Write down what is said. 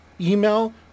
email